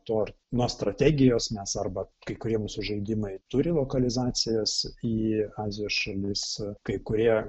to nuo strategijos nes arba kai kurie mūsų sužeidimai turi lokalizacijas į azijos šalis kai kurie